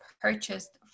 purchased